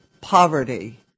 poverty